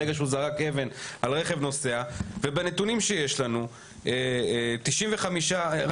ברגע שהוא זרק אבן על רכב נוסע ובנתונים שיש לנו רק 69